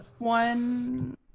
One